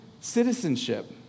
citizenship